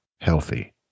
healthy